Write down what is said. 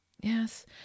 Yes